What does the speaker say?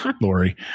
Lori